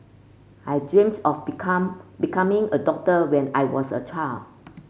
I dreamt of become becoming a doctor when I was a child